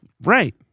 Right